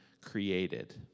created